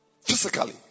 Physically